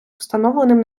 встановленим